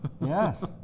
Yes